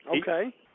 Okay